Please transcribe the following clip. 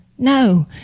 No